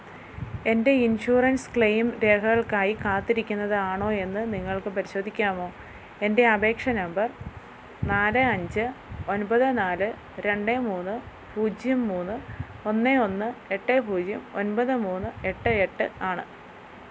എൻ്റെ insurance claim രേഖകൾക്കായി കാത്തിരിക്കുന്നതാണോയെന്ന് നിങ്ങൾക്ക് പരിശോധിക്കാമോ എൻ്റെ അപേക്ഷാ നമ്പർ നാല് അഞ്ച് ഒൻപത് നാല് രണ്ട് മൂന്ന് പൂജ്യം മൂന്ന് ഒന്ന് ഒന്ന് എട്ട് പൂജ്യം ഒൻപത് മൂന്ന് എട്ട് എട്ട് ആണ്